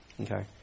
Okay